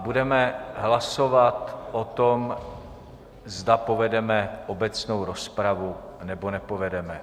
Budeme hlasovat o tom, zda povedeme obecnou rozpravu, nebo nepovedeme.